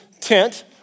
tent